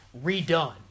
redone